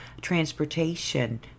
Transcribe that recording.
transportation